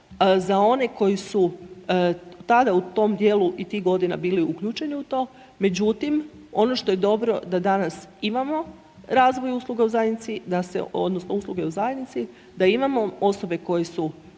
za one koji su tada u tom dijelu i tih godina bili uključeni u to. Međutim, ono što je dobro da danas imamo razvoj usluga u zajednici, da se, odnosno usluge u